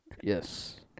Yes